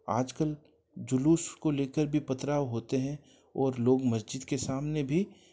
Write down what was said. आजकल जुलूस को लेकर भी पथराव होते हैं और लोग मस्जिद के सामने भी